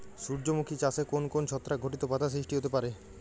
সূর্যমুখী চাষে কোন কোন ছত্রাক ঘটিত বাধা সৃষ্টি হতে পারে?